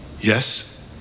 Yes